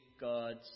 God's